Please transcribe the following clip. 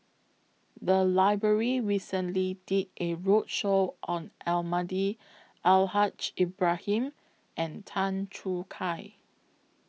The Library recently did A roadshow on Almahdi Al Haj Ibrahim and Tan Choo Kai